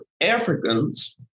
Africans